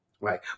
Right